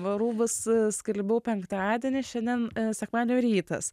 va rūbus skalbiau penktadienį šiandien sekmadienio rytas